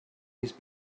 his